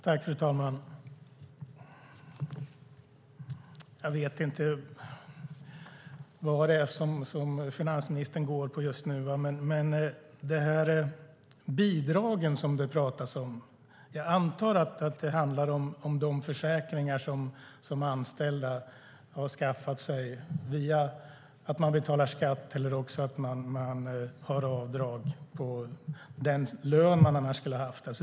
Fru talman! Jag vet inte vad finansministern går på, men jag antar att de bidrag han talar om är de försäkringar som anställda har skaffat sig via att betala skatt eller genom löneavdrag.